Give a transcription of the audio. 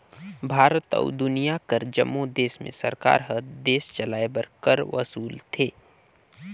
भारत अउ दुनियां कर जम्मो देस में सरकार हर देस चलाए बर कर वसूलथे